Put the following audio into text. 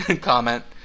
comment